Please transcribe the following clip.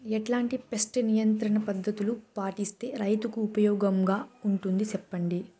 ఎట్లాంటి పెస్ట్ నియంత్రణ పద్ధతులు పాటిస్తే, రైతుకు ఉపయోగంగా ఉంటుంది సెప్పండి?